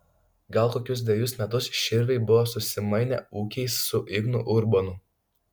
gal kokius dvejus metus širviai buvo susimainę ūkiais su ignu urbonu